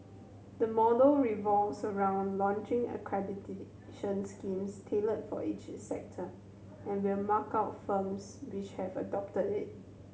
the model revolves around launching accreditation schemes tailored for each sector and will mark out firms which have adopted it